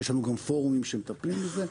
יש לנו גם פורומים שמטפלים בזה.